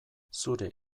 zure